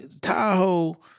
Tahoe